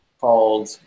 called